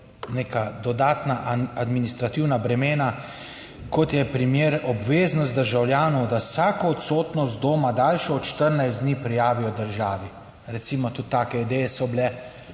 neka dodatna administrativna bremena, iot je primer obveznost državljanov, da vsako odsotnost doma, daljšo od 14 dni, prijavijo državi. Recimo tudi take ideje so bile,